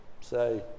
say